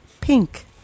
pink